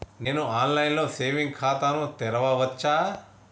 నేను online లో saving ఖాతా ను తెరవచ్చా?